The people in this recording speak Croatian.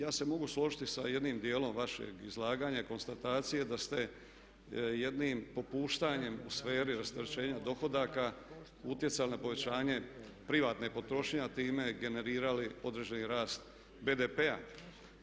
Ja se mogu složiti sa jednim dijelom vašeg izlaganja, konstatacije da ste jednim popuštanjem u sferi rasterećenja dohodaka utjecali na povećanje privatne potrošnje, a time generirali određeni rast BDP-a.